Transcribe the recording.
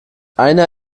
eine